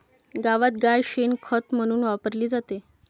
गावात गाय शेण खत म्हणून वापरली जाते